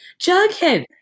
jughead